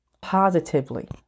positively